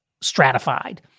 stratified